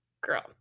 Girl